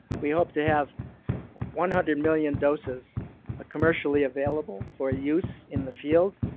we hope to have one hundred million doses ah commercially available for use in the field.